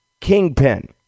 kingpin